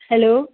hello